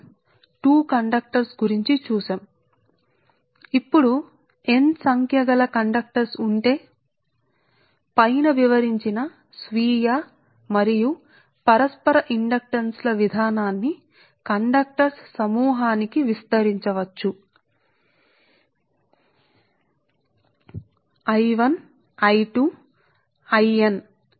ఒకటి వెళ్లినట్టు మరొకటి వస్తున్నట్లు ఇప్పుడుమీరు n సంఖ్య ల కండక్టర్లలను కలిగివుంటే సరే పైన వివరించిన విధానంస్వీయ మరియు పరస్పర ఇండక్టన్స్ లనుకండక్టర్లసమూహానికి పొడిగించవచ్చును విస్తరించ వచ్చును